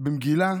במגילה